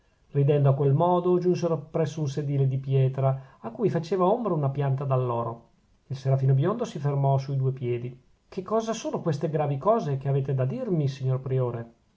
ridendo a quel modo giunsero presso un sedile di pietra a cui faceva ombra una pianta d'alloro il serafino biondo si fermò sui due piedi che cosa sono queste gravi cose che avete a dirmi signor priore